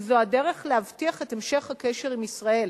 כי זו הדרך להבטיח את המשך הקשר עם ישראל.